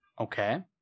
Okay